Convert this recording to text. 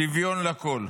שוויון לכול.